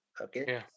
okay